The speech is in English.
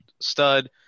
stud